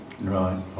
Right